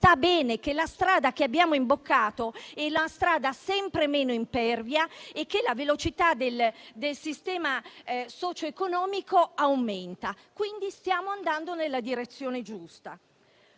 sta bene, che la strada che abbiamo imboccato è sempre meno impervia e la velocità del sistema socioeconomico aumenta. Stiamo, quindi, andando nella direzione giusta.